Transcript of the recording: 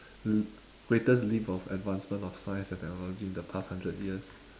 l~ greatest leap of advancement of science and technology in the past hundred years